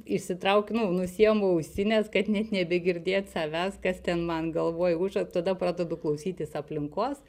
išsitraukiu nu nusiimu ausines kad net nebegirdėt savęs kas ten man galvoj užia tada pradedu klausytis aplinkos